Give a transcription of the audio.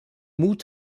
mut